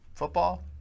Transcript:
football